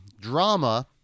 drama